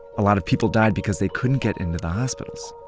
a lot of people died because they couldn't get into the hospitals.